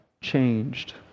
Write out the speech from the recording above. changed